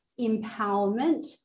empowerment